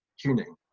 tuning